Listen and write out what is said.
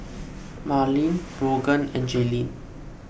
Marleen Brogan and Jaelynn